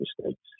mistakes